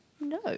No